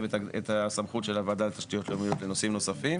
את הסמכות של הוועדה לתשתיות לאומיות לנושאים נוספים.